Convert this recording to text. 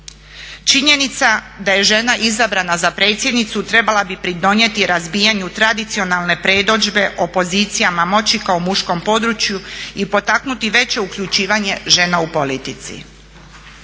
Činjenica da je žena izabrana za predsjednicu trebala bi pridonijeti razbijanju tradicionalne predodžbe o pozicijama moći kao muškom području i potaknuti veće uključivanje žena u politici.